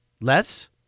Less